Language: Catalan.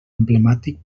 emblemàtic